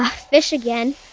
ah fish again.